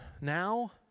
Now